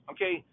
Okay